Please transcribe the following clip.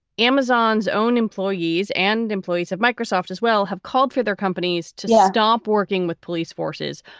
amazon's own employees and employees of microsoft as well have called for their companies to stop working with police forces.